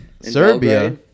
Serbia